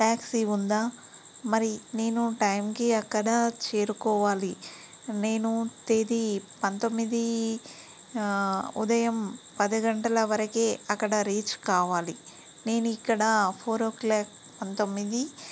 taxi ఉందా మరి నేను టైంకి అక్కడ చేరుకోవాలి నేను తేదీ పంతొమ్మిది ఉదయం పది గంటల వరకు అక్కడ రీచ్ కావాలి నేనిక్కడ ఫోర్ ఓ క్లాక్ పంతొమ్మిది